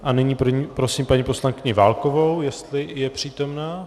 A nyní prosím paní poslankyni Válkovou, jestli je přítomna.